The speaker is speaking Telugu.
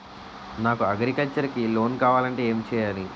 నాకు అగ్రికల్చర్ కి లోన్ కావాలంటే ఏం చేయాలి?